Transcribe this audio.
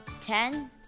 ten